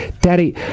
Daddy